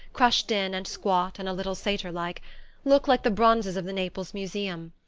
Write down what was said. crushed-in and squat and a little satyr-like look like the bronzes of the naples museum,